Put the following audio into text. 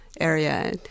area